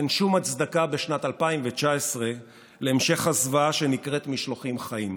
אך אין שום הצדקה בשנת 2019 להמשך הזוועה שנקראת "משלוחים חיים".